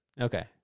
Okay